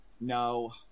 No